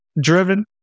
driven